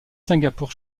singapour